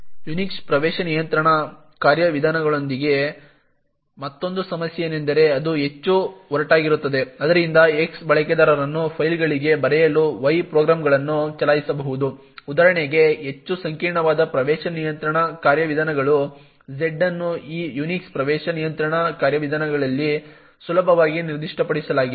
Unix ಪ್ರವೇಶ ನಿಯಂತ್ರಣ ಕಾರ್ಯವಿಧಾನಗಳೊಂದಿಗಿನ ಮತ್ತೊಂದು ಸಮಸ್ಯೆ ಎಂದರೆ ಅದು ಹೆಚ್ಚು ಒರಟಾಗಿರುತ್ತದೆ ಆದ್ದರಿಂದ X ಬಳಕೆದಾರನು ಫೈಲ್ಗಳಿಗೆ ಬರೆಯಲು Y ಪ್ರೋಗ್ರಾಂಗಳನ್ನು ಚಲಾಯಿಸಬಹುದು ಉದಾಹರಣೆಗೆ ಹೆಚ್ಚು ಸಂಕೀರ್ಣವಾದ ಪ್ರವೇಶ ನಿಯಂತ್ರಣ ಕಾರ್ಯವಿಧಾನಗಳು Z ಅನ್ನು ಈ Unix ಪ್ರವೇಶ ನಿಯಂತ್ರಣ ಕಾರ್ಯವಿಧಾನಗಳಲ್ಲಿ ಸುಲಭವಾಗಿ ನಿರ್ದಿಷ್ಟಪಡಿಸಲಾಗಿಲ್ಲ